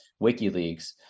WikiLeaks